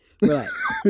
relax